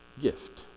gift